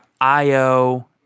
IO